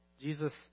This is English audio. Jesus